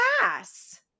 pass